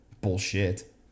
bullshit